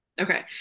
Okay